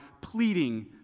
pleading